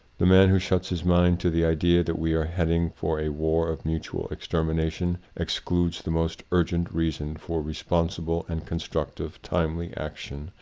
the man who shuts his mind to the idea that we are heading for a war of mutual extermination excludes the most urgent reason for respon sible and constructive timely action,